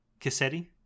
Cassetti